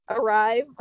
arrive